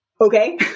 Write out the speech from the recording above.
Okay